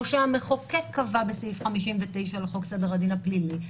שהמחוקק קבע בסעיף 59 לחוק סדר הדין הפלילי,